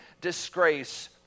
disgrace